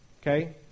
okay